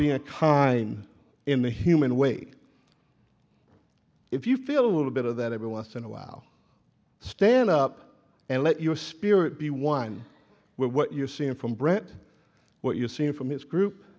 being a kind in the human way if you feel a little bit of that every once in a while stand up and let your spirit be one with what you've seen from bret what you've seen from this group